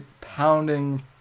pounding